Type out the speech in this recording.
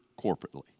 corporately